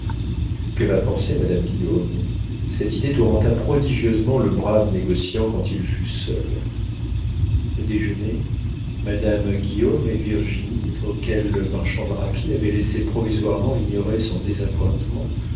que va penser madame guillaume cette idée tourmenta prodigieusement le brave négociant quand il fut seul au déjeuner madame guillaume et virginie auxquelles le marchand drapier avait laissé provisoirement ignorer son